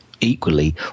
equally